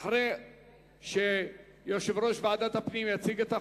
אחרי שיושב-ראש ועדת הפנים יציג את החוק,